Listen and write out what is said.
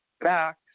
back